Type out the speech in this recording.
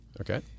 Okay